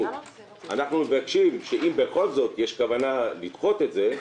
אנחנו מבקשים שאם בכל זאת יש כוונה לדחות את זה,